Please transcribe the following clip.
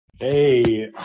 Hey